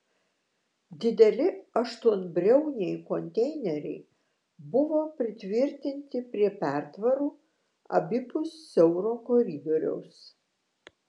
dideli aštuonbriauniai konteineriai buvo pritvirtinti prie pertvarų abipus siauro koridoriaus